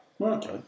Okay